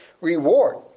reward